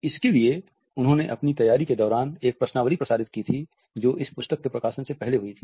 इसके लिए उन्होंने अपनी तैयारी के दौरान एक प्रश्नावली प्रसारित की थी जो इस पुस्तक के प्रकाशन से पहले हुई थी